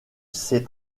ses